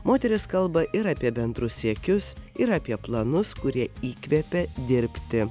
moterys kalba ir apie bendrus siekius ir apie planus kurie įkvepia dirbti